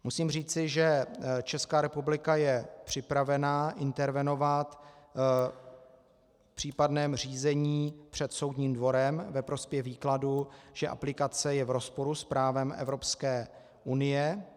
Musím říci, že Česká republika je připravena intervenovat v případném řízení před soudním dvorem ve prospěch výkladu, že aplikace je v rozporu s právem Evropské unie.